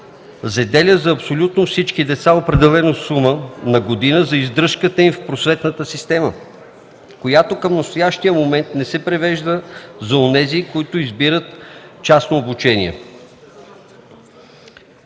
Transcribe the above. заделя за абсолютно всички деца определена сума на година за издръжката им в просветната система, която към настоящия момент не се превежда за онези, които избират частно обучение.